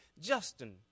Justin